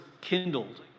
kindled